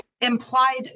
implied